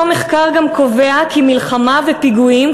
אותו מחקר גם קובע כי מלחמה ופיגועים,